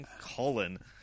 colon